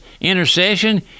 intercession